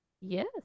yes